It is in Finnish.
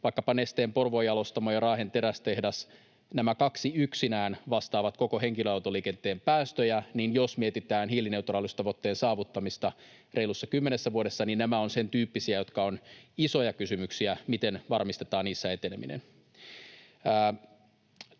vaikkapa Nesteen Porvoon-jalostamo ja Raahen terästehdas, nämä kaksi yksinään, vastaavat koko henkilöautoliikenteen päästöjä, niin jos mietitään hiilineutraaliustavoitteen saavuttamista reilussa 10 vuodessa, niin nämä ovat sen tyyppisiä, jotka ovat isoja kysymyksiä, miten varmistetaan niissä eteneminen.